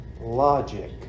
logic